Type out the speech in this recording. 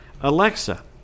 Alexa